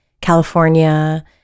california